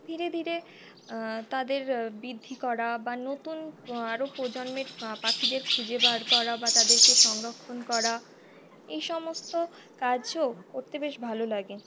ধীরে ধীরে তাদের বৃদ্ধি করা বা নতুন আরও প্রজন্মের পাখিদের খুঁজে বার করা বা তাদেরকে সংরক্ষণ করা এই সমস্ত কাজও করতে বেশ ভালো লাগে